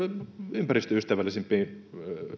ympäristöystävällisempiin